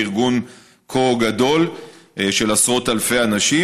בארגון כה גדול של עשרות אלפי אנשים,